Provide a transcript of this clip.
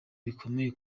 bikomeye